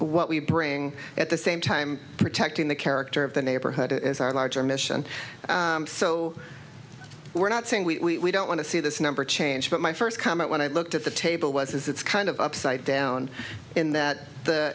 what we bring at the same time protecting the character of the neighborhood it is our larger mission so we're not saying we don't want to see this number change but my first comment when i looked at the table was it's kind of upside down in that the